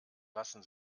lassen